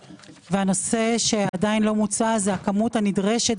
הנושא שעדיין לא מוצה זה הכמות הנדרשת